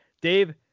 Dave